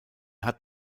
hat